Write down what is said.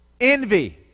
envy